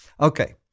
okay